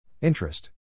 Interest